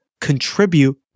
contribute